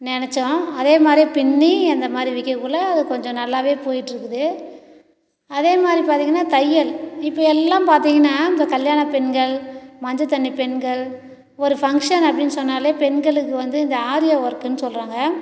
நினச்சோம் அதே மாதிரியே பின்னி அந்த மாதிரி விக்கக்குள்ளே அது கொஞ்சம் நல்லாவே போய்ட்டுருக்குது அதே மாதிரி பார்த்திங்கன்னா தையல் இப்போ எல்லாம் பார்த்திங்கன்னா இந்த கல்யாண பெண்கள் மஞ்ச தண்ணி பெண்கள் ஒரு ஃபங்க்ஷன் அப்படின்னு சொன்னாலே பெண்களுக்கு வந்து இந்த ஆரிய ஒர்க்குன்னு சொல்லுறாங்க